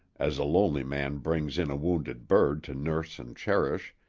as a lonely man brings in a wounded bird to nurse and cherish,